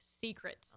secret